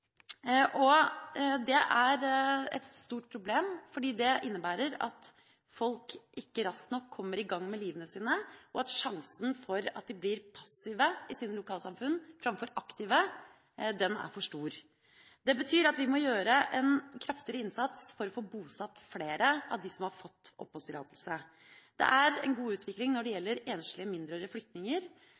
bosetting. Det er et stort problem fordi det innebærer at folk ikke raskt nok kommer i gang med livene sine, og fordi sjansen for at de blir passive i sine lokalsamfunn, framfor aktive, er for stor. Det betyr at vi må gjøre en kraftigere innsats for å få bosatt flere av dem som har fått oppholdstillatelse. Det er en god utvikling når det gjelder enslige, mindreårige flyktninger.